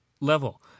level